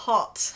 Hot